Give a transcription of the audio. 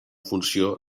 funció